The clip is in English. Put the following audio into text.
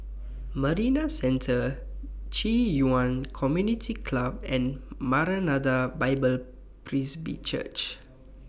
Marina Centre Ci Yuan Community Club and Maranatha Bible Presby Church